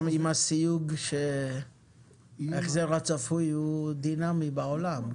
וגם עם הסיוג שההחזר הצפוי הוא דינמי בעולם.